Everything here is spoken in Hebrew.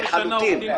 לחלוטין.